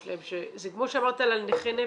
להם ש- -- זה כמו שאמרת על נכי נפש,